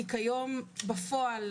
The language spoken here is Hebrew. כי כיום בפועל,